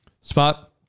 Spot